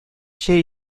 чәй